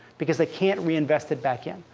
because they can't reinvest it back in.